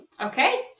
Okay